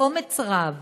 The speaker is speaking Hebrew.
באומץ רב,